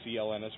CLNS